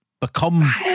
become